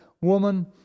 woman